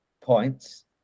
points